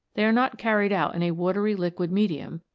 they are not carried out in a watery liquid medium,